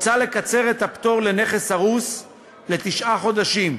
הוצע לקצר את משך הפטור לנכס הרוס לתשעה חודשים,